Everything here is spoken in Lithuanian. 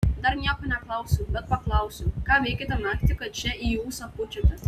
dar nieko neklausiau bet paklausiu ką veikėte naktį kad čia į ūsą pučiate